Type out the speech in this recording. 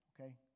okay